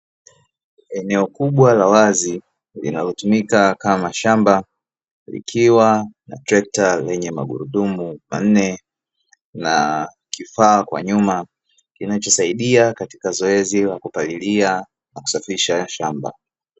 Eneo kubwa la wazi linalotumika kama shamba likiwa na trekta lenye magurudumu manne, na kifaa kwa nyuma kinachosaidia katika zoezi la kupalilia na kusafisha shamba.